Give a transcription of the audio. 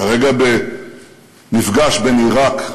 כרגע במפגש בין עיראק,